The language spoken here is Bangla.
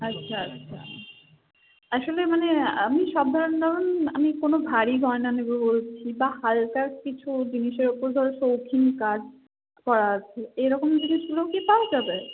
আচ্ছা আচ্ছা আসলে মানে আমি সব ধরনের ধরুন আমি কোনো ভারী গয়না নেব বলছি বা হালকা কিছু জিনিসের ওপর ধরো শৌখিন কাজ করা আছে এরকম জিনিসগুলো কি পাওয়া যাবে